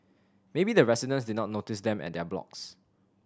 maybe the residents did not notice them at their blocks